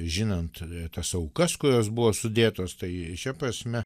žinant tas aukas kurios buvo sudėtos tai šia prasme